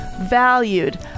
Valued